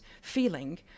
feeling